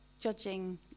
judging